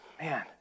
Man